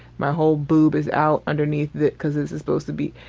my whole boob is out underneath it cause this is supposed to be,